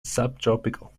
subtropical